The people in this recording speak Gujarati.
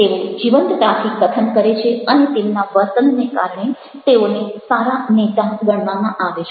તેઓ જીવંતતાથી કથન કરે છે અને તેમના વર્તનને કારણે તેઓને સારા નેતા ગણવામાં આવે છે